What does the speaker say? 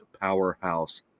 Powerhouse